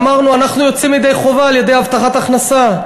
ואנחנו יוצאים ידי חובה על-ידי הבטחת הכנסה: